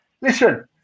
listen